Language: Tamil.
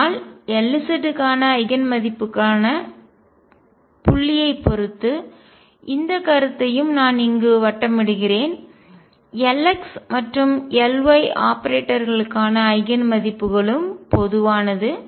ஆனால் Lz க்கான ஐகன் மதிப்புகளுக்கான புள்ளியைப் பொறுத்து இந்த கருத்தையும் நான் இங்கு வட்டமிடுகிறேன் Lx மற்றும் Ly ஆபரேட்டர்களுக்கான ஐகன் மதிப்புகளும் பொதுவானது